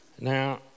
Now